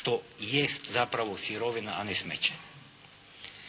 što jest zapravo sirovina a ne smeće.